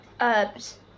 Herbs